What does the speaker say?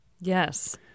Yes